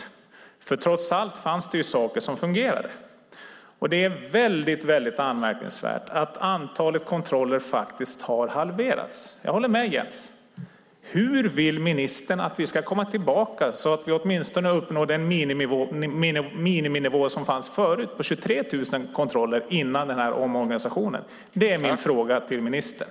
Det fanns trots allt saker som fungerade. Det är väldigt anmärkningsvärt att antalet kontroller faktiskt har halverats. Jag håller med Jens. Hur vill ministern att vi ska komma tillbaka, så att vi åtminstone uppnår den miniminivå som fanns förut på 23 000 kontroller, innan den här omorganisationen gjordes? Det är min fråga till ministern.